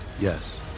Yes